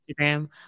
Instagram